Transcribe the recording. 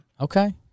Okay